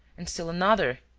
and still another.